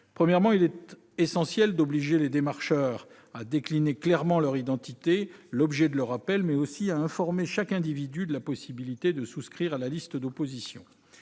premier lieu, il est essentiel d'obliger les démarcheurs à décliner clairement leur identité, l'objet de leur appel, mais aussi à informer chaque individu de la possibilité de souscrire à la liste d'opposition.